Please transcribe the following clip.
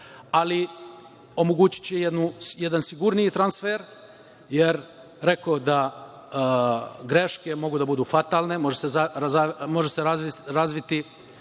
ali omogućiće i jedan sigurniji transfer, jer, rekoh da greške mogu da budu fatalne, može se razviti